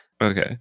Okay